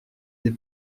des